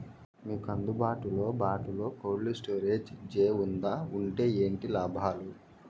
మీకు అందుబాటులో బాటులో కోల్డ్ స్టోరేజ్ జే వుందా వుంటే ఏంటి లాభాలు?